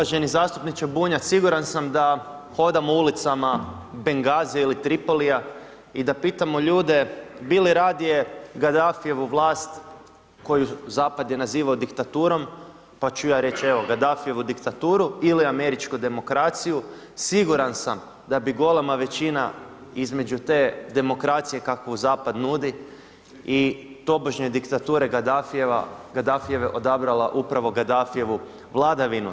Uvaženi zastupniče Bunjac, siguran sam da hodamo ulicama Benghazia ili Tripolia i da pitamo ljude bi li radije Gadafijevu vlast koju zapad je nazivao diktaturom, pa ću ja reći evo Gadafijevu diktaturu ili američku demokraciju, siguran sam da bi golema većina između te demokracije kakvu zapad nudi i tobožnje diktature Gadafijeve odabrala upravo Gadafijevu vladavinu.